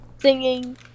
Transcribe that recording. singing